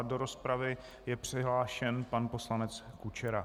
Do rozpravy je přihlášen pan poslanec Kučera.